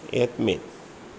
येत मेन